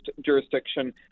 jurisdiction